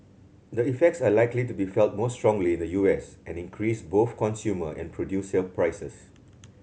the effects are likely to be felt more strongly in the U S and increase both consumer and producer prices